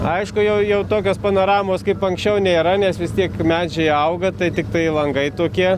aišku jau jau tokios panoramos kaip anksčiau nėra nes vis tiek medžiai auga tai tiktai langai tokie